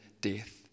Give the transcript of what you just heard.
death